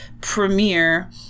premiere